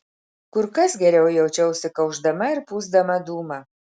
kur kas geriau jaučiausi kaušdama ir pūsdama dūmą